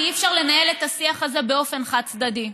כי אי-אפשר לנהל את השיח הזה באופן חד-צדדי.